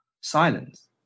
silence